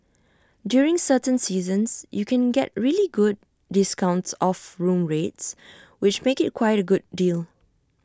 during certain seasons you can get really good discounts off room rates which make IT quite A good deal